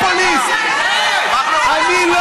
אני לא